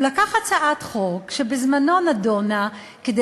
הוא לקח הצעת חוק שנדונה בזמנו כדי